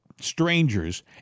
strangers